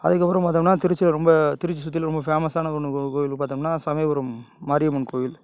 அதுக்கப்புறம் பார்த்தம்னா திருச்சியில் ரொம்ப திருச்சி சுற்றிலும் ரொம்ப ஃபேமசான ஒன்று கோயில் பார்த்தம்னா சமயபுரம் மாரியம்மன் கோவில்